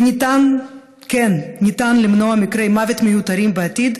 וניתן, כן, ניתן, למנוע מקרי מוות מיותרים בעתיד,